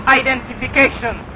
identification